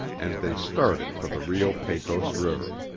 and they started for the rio pecos river.